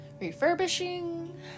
refurbishing